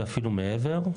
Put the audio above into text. ואפילו מעבר,